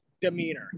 demeanor